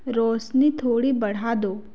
रौशनी थोड़ी बढ़ा दो